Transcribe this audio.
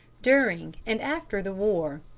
during, and after the war.